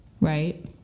right